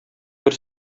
бер